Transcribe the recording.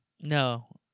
No